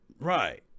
Right